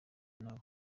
naaba